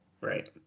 Right